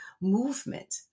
movement